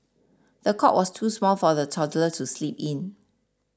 the cot was too small for the toddler to sleep in